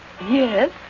Yes